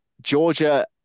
Georgia